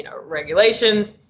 regulations